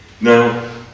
now